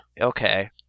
Okay